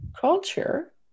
culture